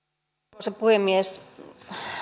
arvoisa puhemies